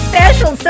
Special